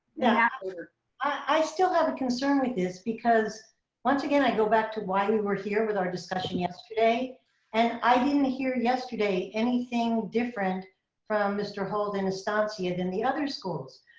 yeah i still have a concern with this because once again, i go back to why we were here with our discussion yesterday and i didn't hear yesterday anything different from mr. halt in estancia than the other schools.